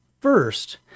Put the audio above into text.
first